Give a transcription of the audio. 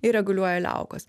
ir reguliuoja liaukas